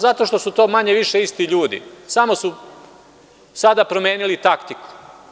Zato što su to manje-više isti ljudi, samo su sada promenili taktiku.